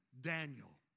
Daniel